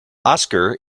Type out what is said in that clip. oscar